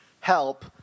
help